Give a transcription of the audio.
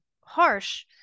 harsh